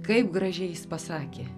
kaip gražiai jis pasakė